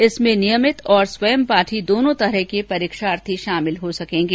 इसमें नियमित और स्वयंपाठी दोनों तरह के परीक्षार्थी शामिल हो सकेंगे